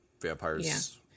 vampires